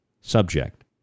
subject